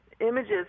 images